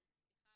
הוא.